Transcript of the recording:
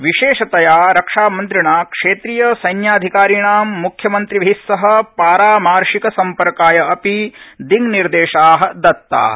विशेषतया रक्षामन्त्रिणा क्षेत्रीयसैन्याधिकारीणां मुख्यमन्त्रिभि सह पारामार्शिक सम्पर्काय अपि दिशानिर्देशा दत्ता